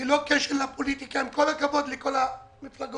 ללא קשר לפוליטיקה עם כל הכבוד לכל המפלגות.